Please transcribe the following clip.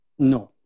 No